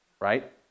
Right